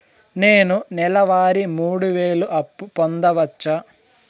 నేను నెల వారి మూడు వేలు అప్పు పొందవచ్చా?